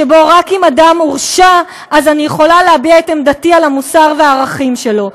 שבו רק אם אדם הורשע אני יכולה להביע את עמדתי על המוסר והערכים שלו.